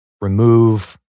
remove